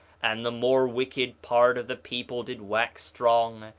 and the more wicked part of the people did wax strong,